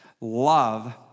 love